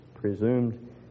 presumed